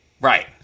right